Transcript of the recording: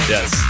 Yes